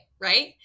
Right